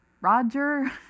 Roger